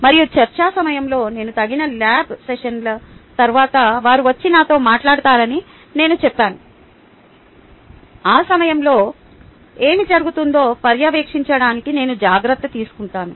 మరియు చర్చ సమయంలో నేను తగిన ల్యాబ్ సెషన్ల తర్వాత వారు వచ్చి నాతో మాట్లాడతారని నేను చెప్పాను ఆ సమయంలో ఏమి జరుగుతుందో పర్యవేక్షించడానికి నేను జాగ్రత్త తీసుకుంటాను